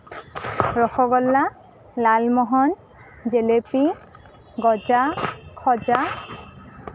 ৰসগোল্লা লালমহন জিলাপি গজা খজা